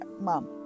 Mom